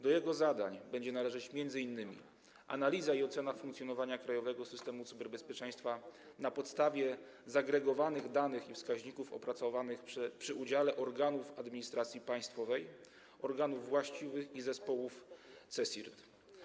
Do jego zadań będzie należeć m.in. analiza i ocena funkcjonowania krajowego systemu cyberbezpieczeństwa na podstawie zagregowanych danych i wskaźników opracowanych przy udziale organów administracji państwowej, organów właściwych i zespołów CSIRT.